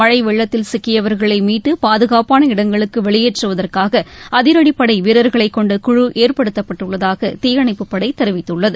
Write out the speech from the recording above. மழை வெள்ளத்தில் சிக்கியவர்களை மீட்டு பாதுகாப்பான இடங்களுக்கு வெளியேற்றுவதற்காக அதிரடிப்படை வீரர்களை கொண்ட குழு ஏற்படுத்தப்பட்டுள்ளதாக தீயணைப்புப் படை தெரிவித்துள்ளது